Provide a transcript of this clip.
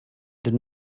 did